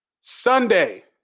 Sunday